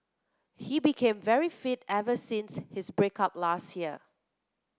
he became very fit ever since his break up last year